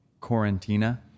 Quarantina